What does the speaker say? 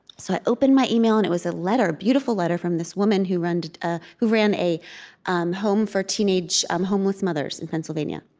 so i opened my email, and it was a letter, a beautiful letter from this woman who ran ah who ran a um home for teenage um homeless mothers in pennsylvania.